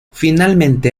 finalmente